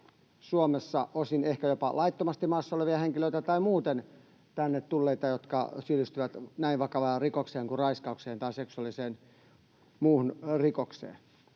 Suomessa ehkä osin jopa laittomasti maassa olevista henkilöistä tai muuten tänne tulleista, jotka syyllistyvät näin vakavaan rikokseen kuin raiskaukseen tai muuhun seksuaaliseen rikokseen.